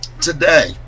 today